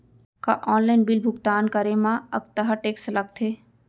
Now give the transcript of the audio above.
का online bill भुगतान करे मा अक्तहा टेक्स लगथे?